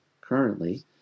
currently